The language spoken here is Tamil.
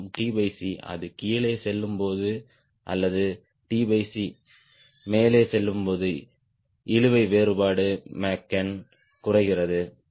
மேலும் அது கீழே செல்லும்போது அல்லது மேலே செல்லும்போது இழுவை வேறுபாடு மேக் நம்பர் குறைகிறது